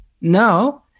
no